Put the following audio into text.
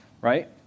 right